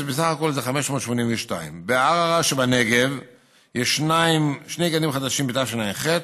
ובסך הכול זה 582. בערערה שבנגב יש שני גנים חדשים בתשע"ח,